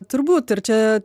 turbūt ir čia